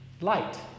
Light